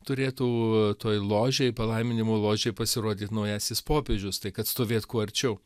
turėtų toj ložėj palaiminimo ložėj pasirodyt naujasis popiežius tai kad stovėt kuo arčiau